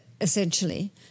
essentially